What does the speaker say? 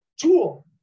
tool